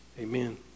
amen